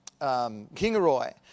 Kingaroy